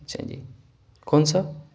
اچھا جی کون سا